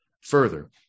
further